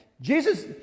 Jesus